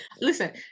listen